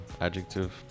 adjective